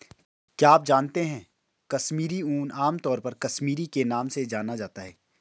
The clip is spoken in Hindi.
क्या आप जानते है कश्मीरी ऊन, आमतौर पर कश्मीरी के नाम से जाना जाता है?